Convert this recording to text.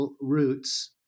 roots